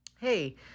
hey